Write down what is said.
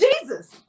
Jesus